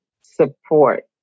support